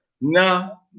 No